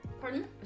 pardon